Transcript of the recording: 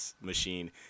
machine